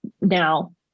now